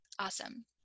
awesome